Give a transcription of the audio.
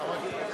חברי חברי